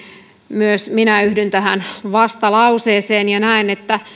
myös minä yhdyn tähän vastalauseeseen ja näen että